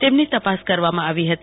તેમની તપાસ કરવામા આવી હતી